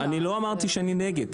לא אמרתי שאני נגד,